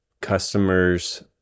customers